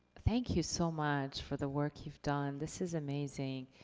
thank you so much for the work you've done, this is amazing.